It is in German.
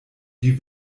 die